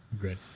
Great